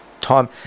time